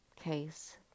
case